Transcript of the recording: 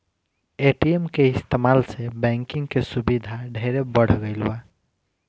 ATM के इस्तमाल से बैंकिंग के सुविधा ढेरे बढ़ल बा